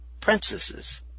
princesses